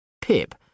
Pip